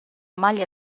maglia